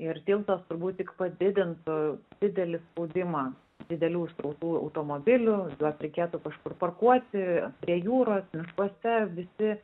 ir tiltas turbūt tik padidintų didelį spaudimą didelių srautų automobilių juos reikėtų kažkur parkuoti prie jūros miškuose visi